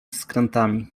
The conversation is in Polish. skrętami